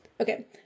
okay